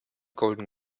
golden